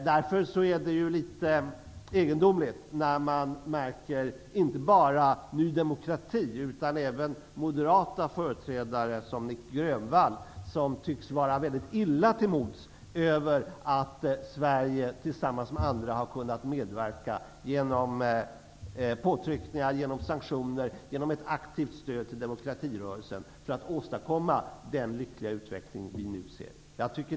Därför är det litet egendomligt när man märker att inte bara Ny demokrati utan även moderat företrädare som Nic Grönvall tycks vara mycket illa till mods över att Sverige tillsammans med andra har kunnat medverka genom påtryckningar, sanktioner och ett aktivt stöd till demokratirörelsen för att åstadkomma den lyckliga utveckling som vi nu ser.